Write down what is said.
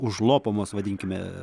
užlopomos vadinkime